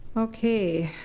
okay,